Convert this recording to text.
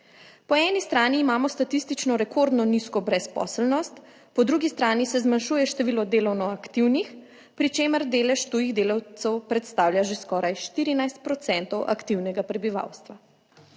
Po eni strani imamo statistično rekordno nizko brezposelnost, po drugi strani se zmanjšuje število delovno aktivnih, pri čemer delež tujih delavcev predstavlja že skoraj 14 % procentov aktivnega prebivalstva.